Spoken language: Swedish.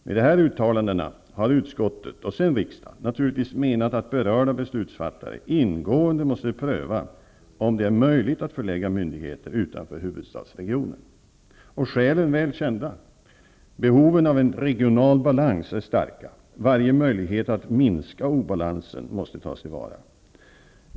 Med dessa uttalanden har utskottet och sedan riksdagen naturligtvis menat att berörda beslutsfattare ingående måste pröva om det är möjligt att förlägga myndigheter utanför huvudstadsregionen. Skälen är väl kända. Behovet av en regional balans är starkt. Varje möjlighet att minska obalansen måste tas till vara.